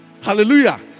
Hallelujah